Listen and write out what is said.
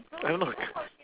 I don't know like